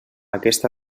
aquesta